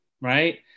right